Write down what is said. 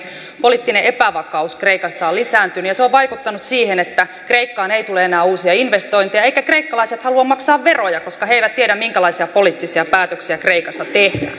poliittinen epävakaus kreikassa on lisääntynyt ja se on vaikuttanut siihen että kreikkaan ei tule enää uusia investointeja eivätkä kreikkalaiset halua maksaa veroja koska he eivät tiedä minkälaisia poliittisia päätöksiä kreikassa tehdään